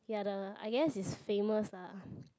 ya the I guess it's famous lah